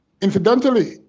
Incidentally